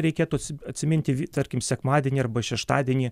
reikėtų atsiminti tarkim sekmadienį arba šeštadienį